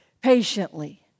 patiently